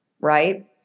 right